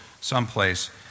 someplace